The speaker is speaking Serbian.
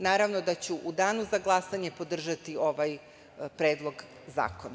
Naravno da ću danu za glasanje podržati ovaj Predlog zakona.